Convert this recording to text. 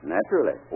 Naturally